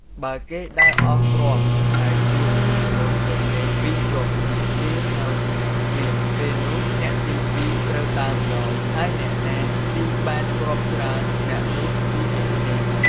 បើគេដើរអស់គ្រាប់ ហើយជួបនឹងរន្ធទទេពីរជាប់គ្នា គេហៅថាឃ្វាង ពេលនោះអ្នកទីពីរត្រូវដើរម្ដង ហើយអ្នកណាស៊ីបានគ្រាប់ច្រើន អ្នកនោះជាអ្នកឈ្នះ។